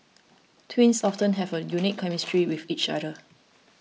twins often have a unique chemistry with each other